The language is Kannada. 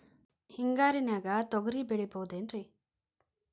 ಹಿಂಗಾರಿನ್ಯಾಗ ತೊಗ್ರಿ ಬೆಳಿಬೊದೇನ್ರೇ?